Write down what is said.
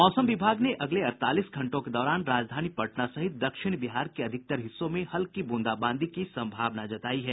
मौसम विभाग ने अगले अड़तालीस घंटों के दौरान राजधानी पटना सहित दक्षिण बिहार के अधिकतर हिस्सों में हल्की बूंदाबांदी की सम्भावना जतायी है